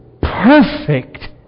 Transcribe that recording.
perfect